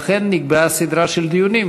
לכן נקבעה סדרה של דיונים,